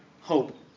hope